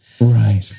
Right